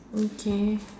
okay